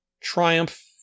Triumph